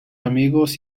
amigos